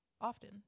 often